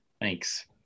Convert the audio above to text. Thanks